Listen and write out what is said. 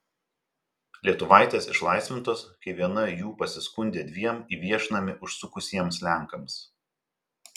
lietuvaitės išlaisvintos kai viena jų pasiskundė dviem į viešnamį užsukusiems lenkams